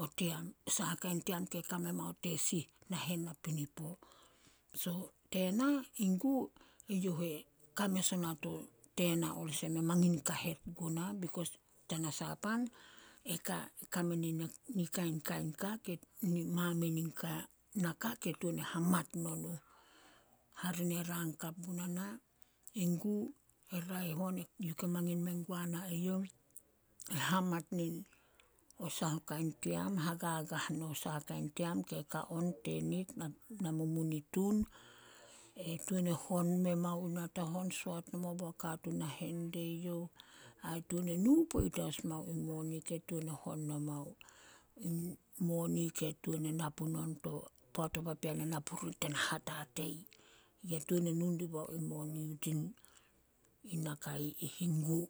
o team, saha kain team ke kame mao tesih nahen napinipo. So, tena in gu, eyouh e ka mes ona tena olsem e mangin kahet guna tanasah pan e ka- kame nin ni kain- kain ka ke, mamein naka ke tuan hamat nonouh. Hare ne rang hakap guna na, in gu e raeh on, youh ke mangin mengua na eyouh, e hamat nin o saha kain team, hagagah no saho kain team ke ka on tenit namumunitun. E tuan e hon memao in natahon, soat nomo bao katuun na hen dieyouh ai tuan e nu poit as mao in moni ke tuan e hon nomao, in moni ke tuan e na punon to, poat o papean e na purih tana hatatei. Ye tuan e nu dibao in moni tin- in nakai ih, in gu.